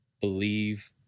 believe